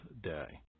day